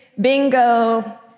bingo